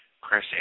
Chris